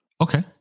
Okay